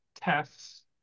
tests